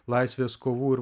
laisvės kovų ir